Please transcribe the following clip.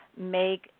make